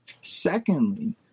Secondly